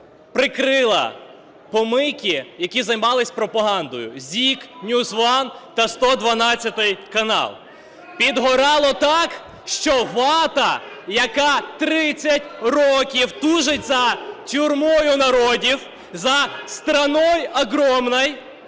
прикрила "помийки", які займалися пропагандою – ZIK, NewsOne, та "112" канал. "Підгорало" так, що "вата", яка 30 років тужить за "тюрмою народів", за "страной огромной",